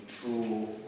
true